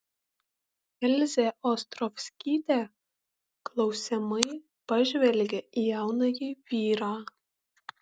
elzė ostrovskytė klausiamai pažvelgė į jaunąjį vyrą